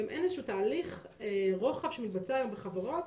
אין גם איזשהו תהליך רוחב שמתבצע בחברות,